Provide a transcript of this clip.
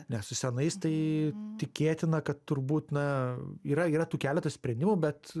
ne su senais tai tikėtina kad turbūt na yra yra tų keletas sprendimų bet